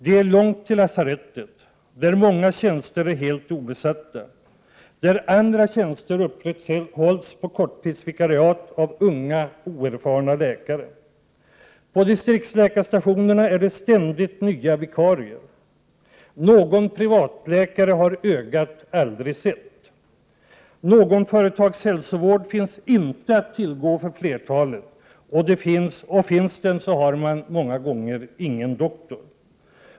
& Det är långt till lasarettet, där många tjänster är helt obesatta och där andra tjänster upprätthålls på korttidsvikariat av unga oerfarna läkare. +» På distriktsläkarstationerna är det ständigt nya vikarier. & Någon privatläkare har ögat aldrig sett. & Någon företagshälsovård finns inte att tillgå för flertalet, och finns den så har man många gånger ingen doktor.